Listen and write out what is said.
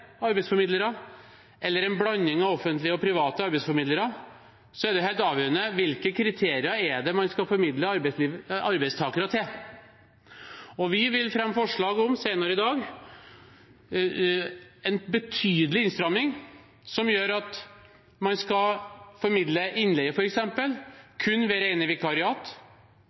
arbeidsformidlere eller en blanding av offentlige og private arbeidsformidlere, er det helt avgjørende hvilke kriterier det er man skal formidle arbeidstakere til. Vi vil senere i dag fremme forslag om en betydelig innstramming som gjør at man f.eks. skal formidle innleie kun ved rene vikariat,